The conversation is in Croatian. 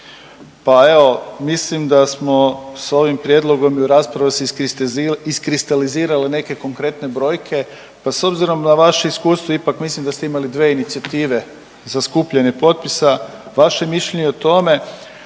pa evo mislim da smo s ovim prijedlogom i rasprava se iskristalizirala neke konkretne brojke pa s obzirom na vaše iskustvo ipak mislim da ste imali dve inicijative za skupljanje potpisa, vaše mišljenje o tome,